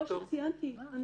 כמו שציינתי,